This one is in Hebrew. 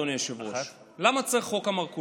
אדוני היושב-ראש: למה צריך את חוק המרכולים?